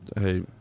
Hey